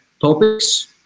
topics